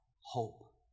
hope